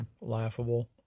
laughable